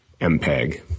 MPEG